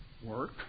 Work